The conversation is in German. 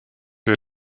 der